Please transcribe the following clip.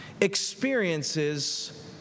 experiences